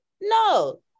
No